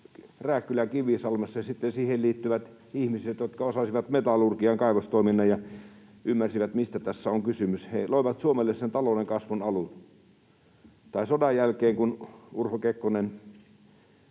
Rääkkylän Kivisalmessa ja sitten siihen liittyvät ihmiset, jotka osasivat metallurgian, kaivostoiminnan ja ymmärsivät, mistä tässä on kysymys... He loivat Suomelle sen talouden kasvun alun. Tai sodan jälkeen, kun Urho Kekkonen